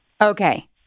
Okay